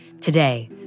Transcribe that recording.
Today